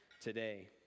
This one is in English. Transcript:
today